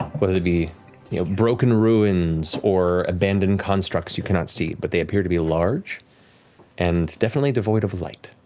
whether they be broken ruins or abandoned constructs, you cannot see, but they appear to be large and definitely devoid of light.